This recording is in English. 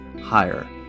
higher